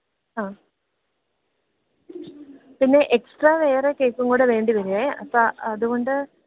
ആ പിന്നെ എക്സ്ട്രാ വേറെ കേക്കുംകൂടെ വേണ്ടി വരുവേ അപ്പം അത്കൊണ്ട്